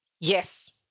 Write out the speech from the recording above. Yes